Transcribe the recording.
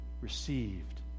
received